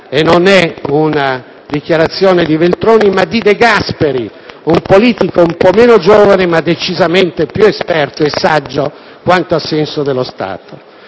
non è una dichiarazione di Veltroni, ma di De Gasperi, un politico un po' meno giovane, ma decisamente più esperto e saggio, quanto a senso dello Stato.